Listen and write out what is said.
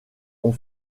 ont